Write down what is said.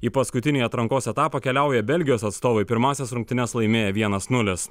į paskutinį atrankos etapą keliauja belgijos atstovai pirmąsias rungtynes laimėję vienas nulis